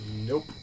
nope